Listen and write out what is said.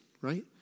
right